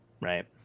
Right